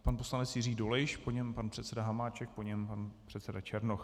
Pan poslanec Jiří Dolejš, po něm pan předseda Hamáček, po něm pan předseda Černoch.